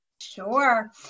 Sure